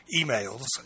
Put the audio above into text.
emails